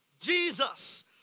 Jesus